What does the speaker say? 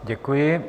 Děkuji.